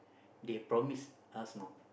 they promised us know